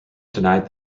denied